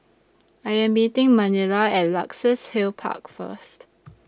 I Am meeting Manilla At Luxus Hill Park First